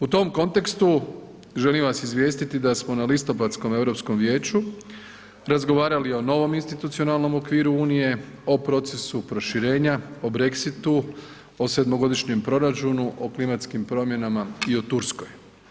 U tom kontekstu želim vas izvijestiti da smo na listopadskom Europskom vijeću razgovarali o novom institucionalnom okviru unije, o procesu proširenja, o Brexitu, o sedmogodišnjem proračunu, o klimatskim promjenama i o Turskoj.